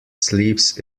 sleeps